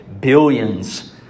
billions